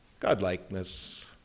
Godlikeness